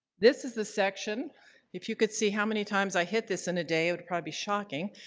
this is the section if you could see how many times i hit this in a day it would probably be shocking.